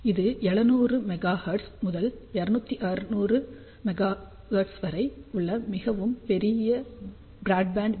இது 700 megahertz முதல் 2600 வரை உள்ள மிகவும் பெரிய பிராட்பேண்ட் வி